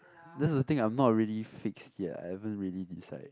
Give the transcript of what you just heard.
that's the thing I'm not really fix yet I haven't really decide